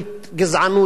שפלה,